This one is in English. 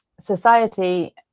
society